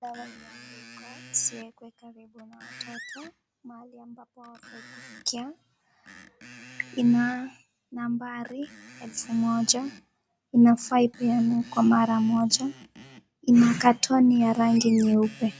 Dawa imeandikwa usieke karibu na watoto mahali ambapo hawafai kufikia. Ina nambari elfu moja. Inafaa ipeanwe kwa mara moja. Ina katoni ya rangi nyeupe.